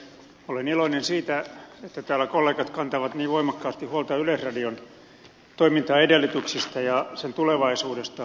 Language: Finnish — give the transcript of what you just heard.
olen iloinen siitä että täällä kollegat kantavat niin voimakkaasti huolta yleisradion toimintaedellytyksistä ja sen tulevaisuudesta